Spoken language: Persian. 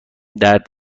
درد